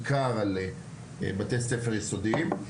בעיקר על ילדים שלומדים בבתי ספר יסודיים,